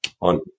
on